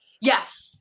Yes